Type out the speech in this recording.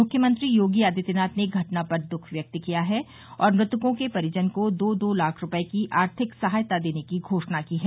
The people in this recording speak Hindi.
मुख्यमंत्री योगी आदित्यनाथ ने घटना पर दुख व्यक्त किया है और मृतकों के परिजन को दो दो लाख रुपये की आर्थिक सहायता देने की घोषणा की है